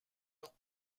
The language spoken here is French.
leurs